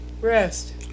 rest